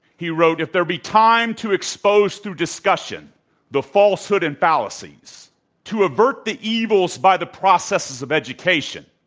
he wrote, if there be time to expose through discussion the falsehood and fallacies to avert the evils by the processes of education,